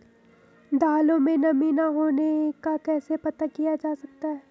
दालों में नमी न होने का कैसे पता किया जा सकता है?